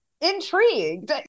intrigued